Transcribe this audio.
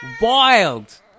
wild